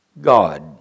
God